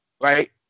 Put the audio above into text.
right